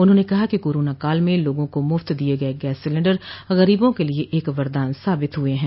उन्होंने कहा कि कोरोना काल में लोगों को मूफ्त दिये गये गैस सिलेंडर गरीबों के लिए एक वरदान साबित हुए हैं